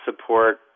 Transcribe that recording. support